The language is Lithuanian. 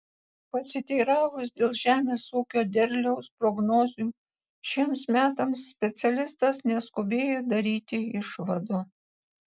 pasiteiravus dėl žemės ūkio derliaus prognozių šiems metams specialistas neskubėjo daryti išvadų